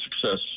success